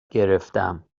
گرفتم